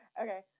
Okay